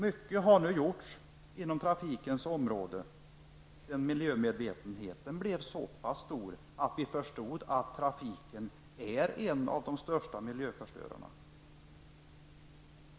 Mycket har gjorts på trafikens område sedan miljömedvetenheten blev så pass stor att vi förstod att trafiken är en av de största miljöförstörarna.